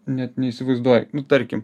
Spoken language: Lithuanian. net neįsivaizduoju nu tarkim